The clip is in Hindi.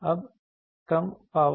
अब कम पावर